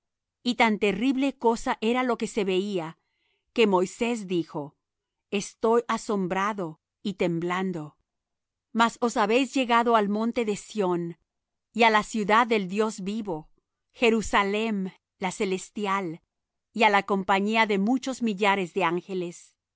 y tan terrible cosa era lo que se veía que moisés dijo estoy asombrado y temblando mas os habéis llegado al monte de sión y á la ciudad del dios vivo jerusalem la celestial y á la compañía de muchos millares de ángeles